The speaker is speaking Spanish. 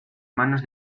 manos